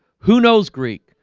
who knows greek?